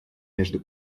между